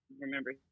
remember